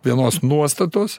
vienos nuostatos